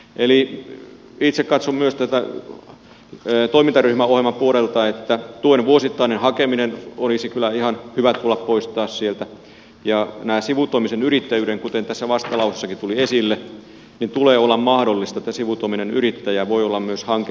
eli itse katson myös täältä toimintaryhmäohjelmapuolelta että tuen vuosittainen hakeminen olisi kyllä ihan hyvä tulla poistamaan sieltä ja tässä sivutoimisessa yrittäjyydessä kuten tässä vastalauseessakin tuli esille tulee olla mahdollista että sivutoiminen yrittäjä voi olla myös hankehakijana